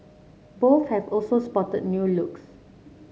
both have also spotted new looks